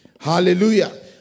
Hallelujah